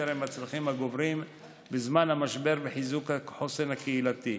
עם הצרכים הגוברים בזמן המשבר וחיזוק החוסן הקהילתי: